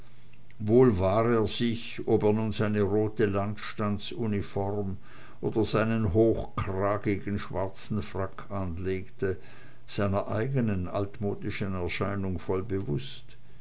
wohl war er sich ob er nun seine rote landstandsuniform oder seinen hochkragigen schwarzen frack anlegte seiner eignen altmodischen erscheinung voll bewußt